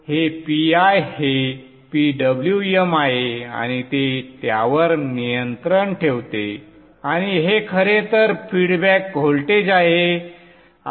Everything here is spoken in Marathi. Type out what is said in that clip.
हे PI हे PWM आहे आणि ते त्यावर नियंत्रण ठेवते आणि हे खरेतर फीडबॅक व्होल्टेज आहे संदर्भ वेळ 0431